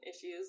issues